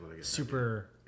super